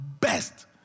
best